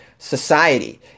Society